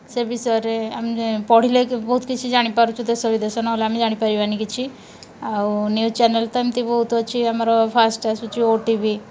ସେ ବିଷୟରେ ଆମେ ପଢ଼ିଲେ ବହୁତ କିଛି ଜାଣିପାରୁଛୁ ଦେଶ ବିଦେଶ ନହେଲେ ଆମେ ଜାଣିପାରିବାନି କିଛି ଆଉ ନ୍ୟୁଜ୍ ଚ୍ୟାନେଲ୍ ତ ଏମିତି ବହୁତ ଅଛି ଆମର ଫାଷ୍ଟ୍ ଆସୁଛି ଓ ଟି ଭି